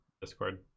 Discord